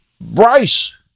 Bryce